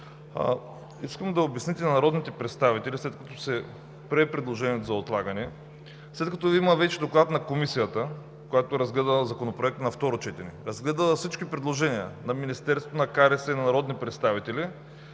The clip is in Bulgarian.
Искам да обясните на народните представители, след като се прие предложението за отлагане, след като вече има доклад на Комисията, която е разгледала Законопроекта на второ четене, разгледала е всички предложения на Министерството, на КРС, на народните представители,